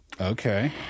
Okay